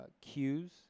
cues